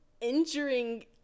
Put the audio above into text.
injuring